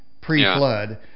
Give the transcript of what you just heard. pre-flood